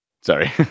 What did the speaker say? Sorry